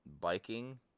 biking